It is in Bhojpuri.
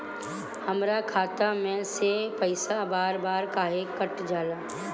हमरा खाता में से पइसा बार बार काहे कट जाला?